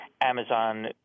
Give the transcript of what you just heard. Amazon